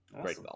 Great